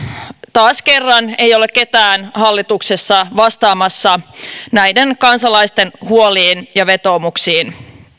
taas kerran ei ole ketään hallituksesta vastaamassa näiden kansalaisten huoliin ja vetoomuksiin